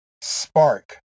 spark